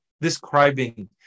describing